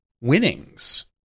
winnings